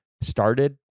started